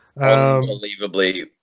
unbelievably